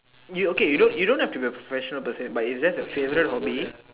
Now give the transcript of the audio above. you okay you you don't have to be professional per Se but it's just a favourite for me